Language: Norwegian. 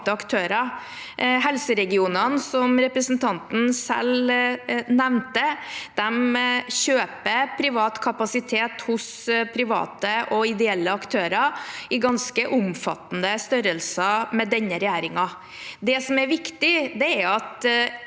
Helseregionene, som representanten selv nevnte, kjøper kapasitet hos private og ideelle aktører i ganske omfattende størrelser under denne regjeringen. Det som er viktig, er at